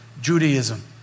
Judaism